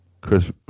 Chris